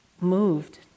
moved